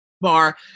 bar